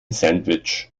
sandwich